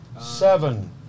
Seven